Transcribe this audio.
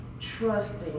trusting